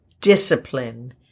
Discipline